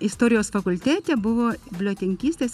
istorijos fakultete buvo bibliotekininkystės